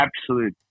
absolute